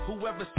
Whoever